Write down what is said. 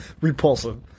repulsive